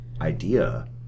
Idea